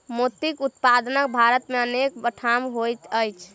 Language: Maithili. मोतीक उत्पादन भारत मे अनेक ठाम होइत अछि